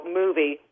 movie